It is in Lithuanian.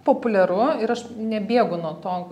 populiaru ir aš nebėgu nuo to